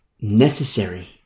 necessary